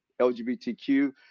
LGBTQ